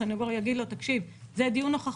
הסנגור יגיד לו: זה דיון הוכחות,